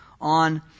on